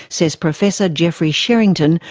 says professor geoffrey sherington,